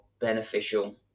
beneficial